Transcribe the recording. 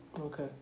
Okay